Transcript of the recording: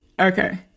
Okay